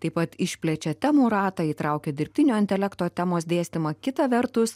taip pat išplečia temų ratą įtraukia dirbtinio intelekto temos dėstymą kita vertus